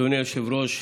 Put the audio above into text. אדוני היושב-ראש,